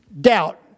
doubt